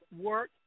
work